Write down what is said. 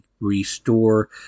restore